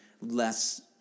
less